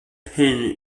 pin